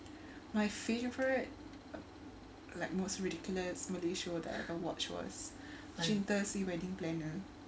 my favourite like most ridiculous malay show that I watched was cinta si wedding planner